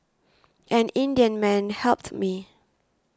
an Indian man helped me